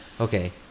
okay